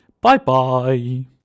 Bye-bye